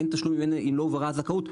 אין תשלום אם לא הובהרה הזכאות,